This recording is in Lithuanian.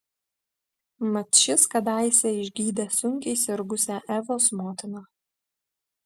mat šis kadaise išgydė sunkiai sirgusią evos motiną